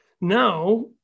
Now